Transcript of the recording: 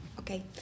Okay